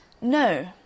No